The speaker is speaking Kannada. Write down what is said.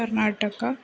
ಕರ್ನಾಟಕ